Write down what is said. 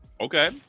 Okay